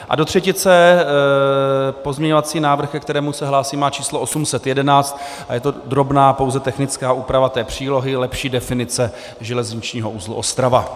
A do třetice pozměňovací návrh, ke kterému se hlásím, má číslo 811 a je to drobná pouze technická úprava té přílohy, lepší definice železničního uzlu Ostrava.